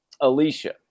alicia